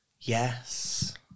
Yes